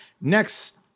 next